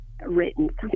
written